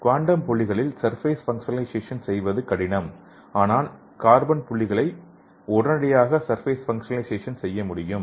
quantum புள்ளிகளில் surface functionalization செய்வது கடினம் ஆனால் கார்பன் புள்ளிகளை உடனடியாக சர்பேஸ் பங்கசனலைசேஷன் செய்ய முடியும்